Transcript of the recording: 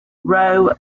row